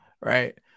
Right